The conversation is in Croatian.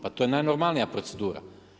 Pa to je najnormalnija procedura.